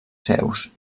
seus